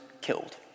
killed